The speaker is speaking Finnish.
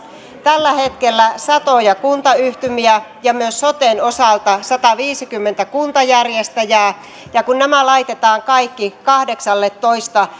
tällä hetkellä satoja kuntayhtymiä ja myös soten osalta sataviisikymmentä kuntajärjestäjää ja kun nämä laitetaan kaikki kahdeksalletoista